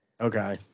Okay